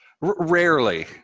Rarely